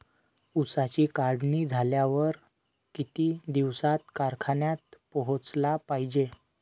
ऊसाची काढणी झाल्यावर किती दिवसात कारखान्यात पोहोचला पायजे?